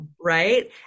Right